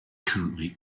currently